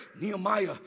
Nehemiah